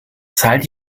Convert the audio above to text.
zahlt